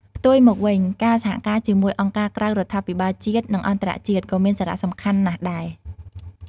ផ្ទុយមកវិញ ការសហការជាមួយអង្គការក្រៅរដ្ឋាភិបាល ជាតិ និងអន្តរជាតិ ក៏មានសារៈសំខាន់ណាស់ដែរ។